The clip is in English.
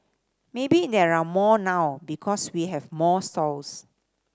maybe there are more now because we have more stalls